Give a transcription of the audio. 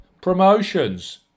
Promotions